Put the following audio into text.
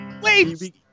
wait